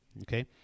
okay